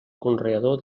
conreador